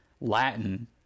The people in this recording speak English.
Latin